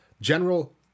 general